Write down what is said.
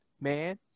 man